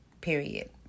period